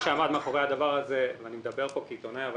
אני מדבר כעיתונאי, אבל